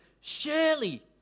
Shirley